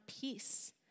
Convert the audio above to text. peace